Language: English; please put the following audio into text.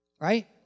Right